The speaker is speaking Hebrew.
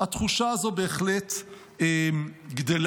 התחושה הזאת בהחלט גדלה.